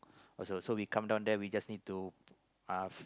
also so we come down there we just to need to uh